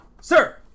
Sir